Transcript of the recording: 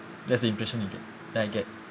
that's the impression you get that I get